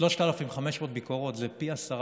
3,500 ביקורות, זה פי עשרה.